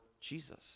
Jesus